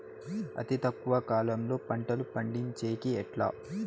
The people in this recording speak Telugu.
అతి తక్కువ కాలంలో పంటలు పండించేకి ఎట్లా?